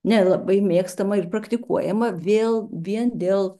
nelabai mėgstama ir praktikuojama vėl vien dėl